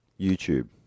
YouTube